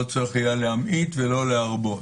לא צריך היה להמעיט ולא להרבות: